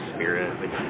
Spirit